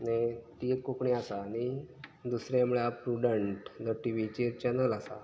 आनी ती एक कोंकणी आसा आनी दुसरें म्हळ्यार प्रुडंट जो टिवीचेर चॅनल आसा